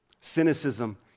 Cynicism